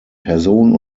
person